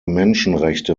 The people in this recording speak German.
menschenrechte